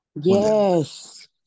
Yes